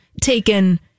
taken